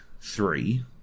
three